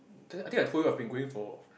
the~ I think I told you I've been going for